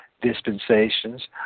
dispensations